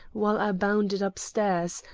while i bounded up stairs,